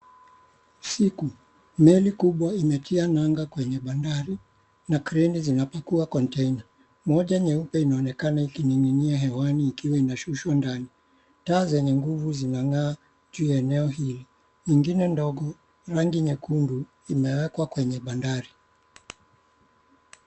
Usiku. Meli kubwa imetia nanga kwenye bandari na kreni zinapakua container . Moja nyeupe inaonekana ikining'inia hewani ikiwa inashushwa ndani. Taa zenye nguvu zinang'aa juu ya eneo hili. Ingine ndogo, rangi nyekundu, imewekwa kwenye bandari.